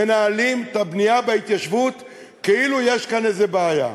מנהלים את הבנייה בהתיישבות כאילו יש כאן איזה בעיה.